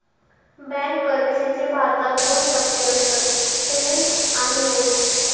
bank परिक्षेचे भारतात दोन टप्पे असतत, पिलिम्स आणि मेंस